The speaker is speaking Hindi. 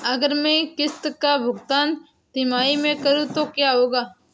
अगर मैं किश्त का भुगतान तिमाही में करूं तो क्या होगा?